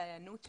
על ההיענות שלה,